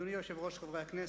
אדוני היושב-ראש, חברי הכנסת,